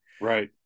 Right